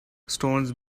stones